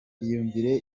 iyumvire